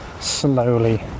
slowly